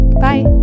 bye